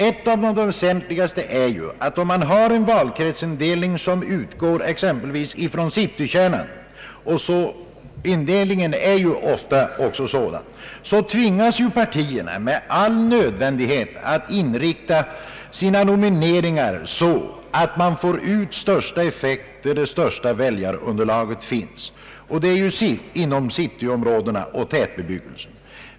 Ett av de väsentligaste är att om man har en valkretsindelning som utgår från citykärnan — och oftast är indelningen sådan — tvingas partierna med all nödvändighet att inrikta sina nomineringar så att man får ut största effekt där det största väljarunderlaget finns, och det är ju inom cityområdena och tätbebyggelsen.